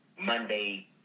Monday